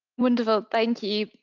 wonderful, thank you.